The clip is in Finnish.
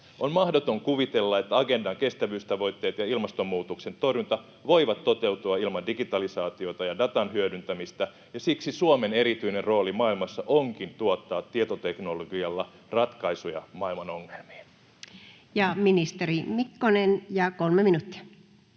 On mahdoton kuvitella, että Agendan kestävyystavoitteet ja ilmastonmuutoksen torjunta voivat toteutua ilman digitalisaatiota ja datan hyödyntämistä, ja siksi Suomen erityinen rooli maailmassa onkin tuottaa tietoteknologialla ratkaisuja maailman ongelmiin. Ministeri Mikkonen, ja 3 minuuttia.